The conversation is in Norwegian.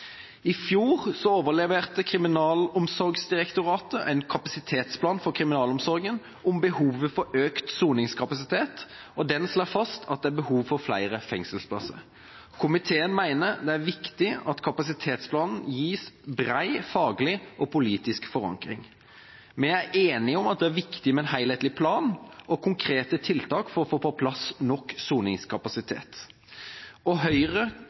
I fjor overleverte Kriminalomsorgsdirektoratet en kapasitetsplan for kriminalomsorgen om behovet for økt soningskapasitet. Den slår fast at det er behov for flere fengselsplasser. Komiteen mener det er viktig at kapasitetsplanen gis bred faglig og politisk forankring. Vi er enige om at det er viktig med en helhetlig plan og konkrete tiltak for å få på plass nok soningskapasitet. Høyre, Fremskrittspartiet og